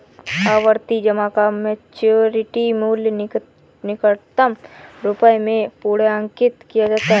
आवर्ती जमा का मैच्योरिटी मूल्य निकटतम रुपये में पूर्णांकित किया जाता है